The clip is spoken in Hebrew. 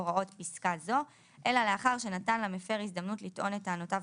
פסקה זו אלא לאחר שנתן למפר הזדמנות לטעון את טענותיו,